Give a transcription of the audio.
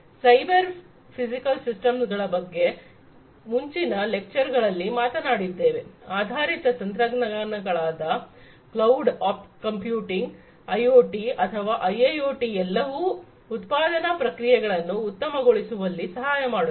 cyber physical system ಗಳ ಬಗ್ಗೆ ಮುಂಚಿನ ಲೆಕ್ಚರ್ಗಳಲ್ಲಿ ಮಾತನಾಡಿದ್ದೇವೆ ಆಧಾರಿತ ತಂತ್ರಜ್ಞಾನಗಳಾದ ಕ್ಲೌಡ್ ಕಂಪ್ಯೂಟಿಂಗ್ ಐಓಟಿ ಅಥವಾ ಐಐಓಟಿ ಇವೆಲ್ಲವೂ ಉತ್ಪಾದನಾ ಪ್ರಕ್ರಿಯೆಗಳನ್ನು ಉತ್ತಮಗೊಳಿಸುವಲ್ಲಿ ಸಹಾಯಮಾಡುತ್ತವೆ